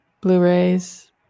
Blu-rays